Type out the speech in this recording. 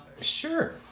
Sure